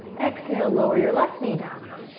exhale, lower your left knee down.